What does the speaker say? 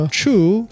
true